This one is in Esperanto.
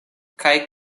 kaj